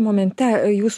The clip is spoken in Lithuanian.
momente jūs